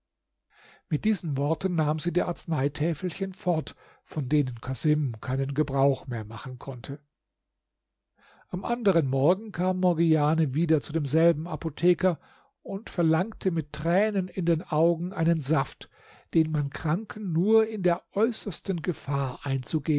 mit diesen worten nahm sie die arzneitäfelchen fort von denen casim keinen gebrauch mehr machen konnte am anderen morgen kam morgiane wieder zu demselben apotheker und verlangte mit tränen in den augen einen saft den man kranken nur in der äußersten gefahr einzugeben